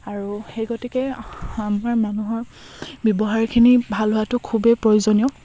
আৰু সেই গতিকে আমাৰ মানুহৰ ব্যৱহাৰখিনি ভাল হোৱাটো খুবেই প্ৰয়োজনীয়